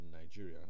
nigeria